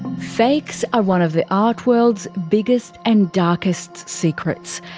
fakes are one of the art world's biggest and darkest secrets.